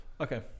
Okay